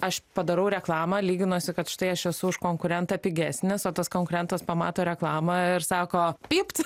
aš padarau reklamą lyginuosi kad štai aš esu už konkurentą pigesnis o tas konkurentas pamato reklamą ir sako pypt